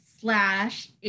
slash